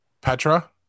Petra